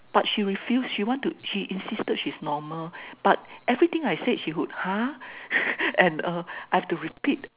but she refuse she want to she insisted she's normal but everything I said she would !huh! and I have to repeat